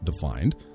defined